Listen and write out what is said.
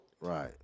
Right